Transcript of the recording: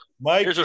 Mike